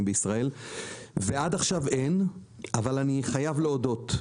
בישראל ועד עכשיו אין אבל אני חייב להודות,